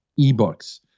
eBooks